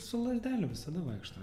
su lazdele visada vaikštau